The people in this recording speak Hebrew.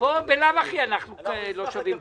פה בלאו הכי אנחנו לא שווים כלום.